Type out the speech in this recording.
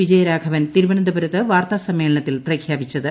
വിജയരാഘവൻ തിരുവനന്തപുരത്ത് വാർത്താസമ്മേളനത്തിൽ പ്രഖ്യാപിച്ചത്